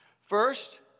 First